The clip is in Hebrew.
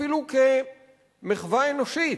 אפילו כמחווה אנושית,